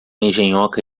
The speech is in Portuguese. engenhoca